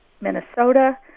Minnesota